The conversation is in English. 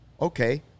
Okay